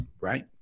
right